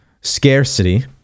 scarcity